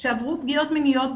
שעברו פגיעות מיניות,